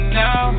now